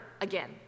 again